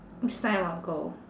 next time I'll go